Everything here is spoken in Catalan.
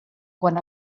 quant